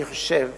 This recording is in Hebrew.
אני חושב